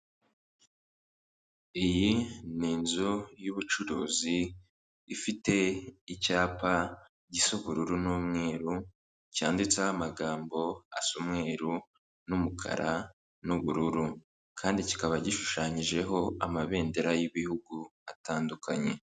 Iyi ni inzu y'ubucuruzi ifite icyapa gisa ubururu n'umweru cyanditseho amagambo asa umweru n'umukara n'ubururu kandi kikaba gishushanyijeho amabendera y'ibihugu atandukanye.